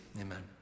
amen